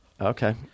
Okay